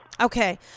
Okay